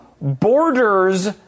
borders